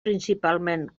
principalment